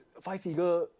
Five-figure